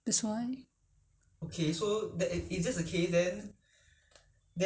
can cook but you have to improve on it if not it won't be nice you have to